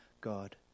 God